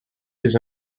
his